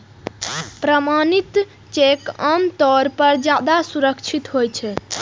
प्रमाणित चेक आम तौर पर ज्यादा सुरक्षित होइ छै